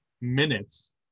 minutes